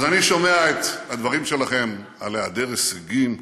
אז אני שומע את הדברים שלכם על היעדר הישגים,